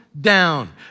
down